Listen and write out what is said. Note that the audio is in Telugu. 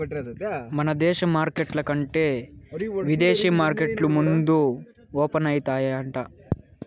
మన దేశ మార్కెట్ల కంటే ఇదేశీ మార్కెట్లు ముందే ఓపనయితాయంట